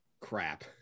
crap